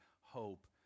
hope